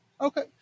Okay